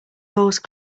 horse